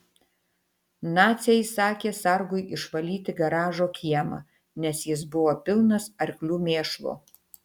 naciai įsakė sargui išvalyti garažo kiemą nes jis buvo pilnas arklių mėšlo